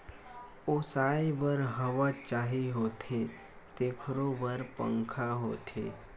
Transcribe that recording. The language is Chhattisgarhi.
ओसाए बर हवा चाही होथे तेखरो बर पंखा होथे